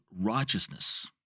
righteousness